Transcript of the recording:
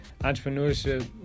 entrepreneurship